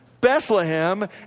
Bethlehem